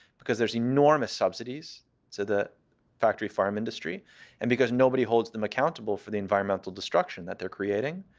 because there's enormous subsidies to the factory farm industry and because nobody holds them accountable for the environmental destruction that they're creating.